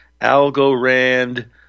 Algorand